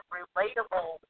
relatable